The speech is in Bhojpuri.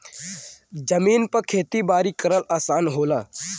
जमीन पे खेती बारी करल आसान होला